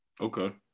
Okay